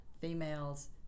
Females